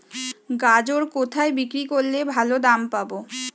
গাজর কোথায় বিক্রি করলে ভালো দাম পাব?